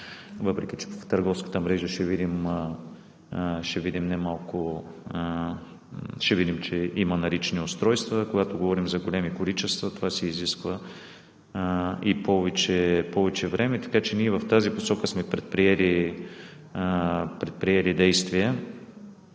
въпреки че в търговската мрежа ще видим, че има налични устройства. Когато говорим за големи количества, за това се изисква и повече време. Така че в тази посока сме предприели действия.